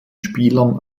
spielern